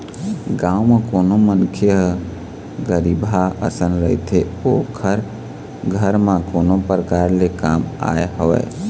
गाँव म कोनो मनखे ह गरीबहा असन रहिथे अउ ओखर घर म कोनो परकार ले काम आय हवय